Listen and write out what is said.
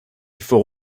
faut